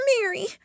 Mary